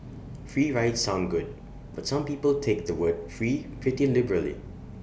free rides sound good but some people take the word free pretty liberally